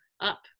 up